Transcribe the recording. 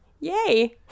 yay